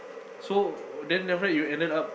so then after that you ended up